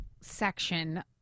section